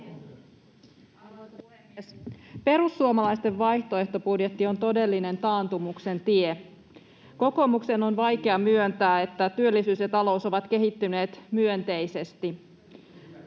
Perussuomalaisten vaihtoehtobudjetti on todellinen taantumuksen tie. Kokoomuksen on vaikea myöntää, että työllisyys ja talous ovat kehittyneet myönteisesti.